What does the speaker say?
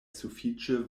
sufiĉe